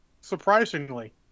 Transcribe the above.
Surprisingly